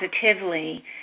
positively